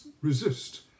resist